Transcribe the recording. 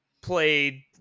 Played